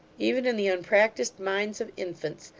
even in the unpractised minds of infants,